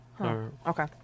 Okay